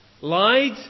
Lied